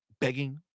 begging